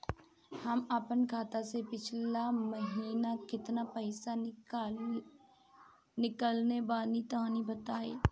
हम आपन खाता से पिछला महीना केतना पईसा निकलने बानि तनि बताईं?